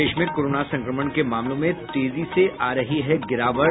प्रदेश में कोरोना संक्रमण के मामलों में तेजी से आ रही गिरावट